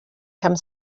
come